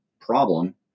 problem